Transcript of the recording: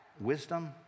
wisdom